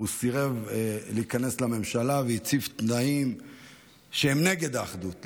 סירב להיכנס לממשלה והציב תנאים שהם נגד האחדות,